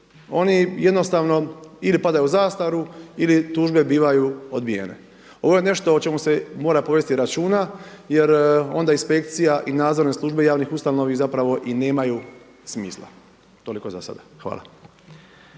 oni jednostavno ili padaju u zastaru ili tužbe bivaju odbijene. Ovo je nešto o čemu se mora povesti računa, jer onda inspekcija i nadzorne službe javnih ustanova zapravo i nemaju smisla. Toliko za sada. Hvala.